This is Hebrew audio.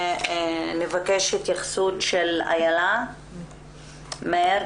אבקש התייחסות מהגברת אילה מאיר.